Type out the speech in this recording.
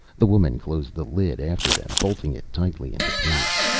the woman closed the lid after them, bolting it tightly into place.